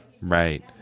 right